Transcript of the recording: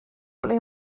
ble